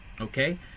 Okay